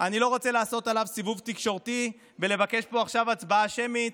אני לא רוצה לעשות עליו סיבוב תקשורתי ולבקש פה עכשיו הצבעה שמית,